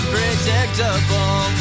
Unpredictable